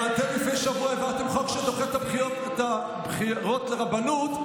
אתם לפני שבוע העברתם חוק שדוחה את הבחירות לרבנות,